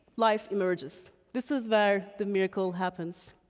life emerges. this is where the miracle happens,